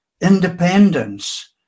independence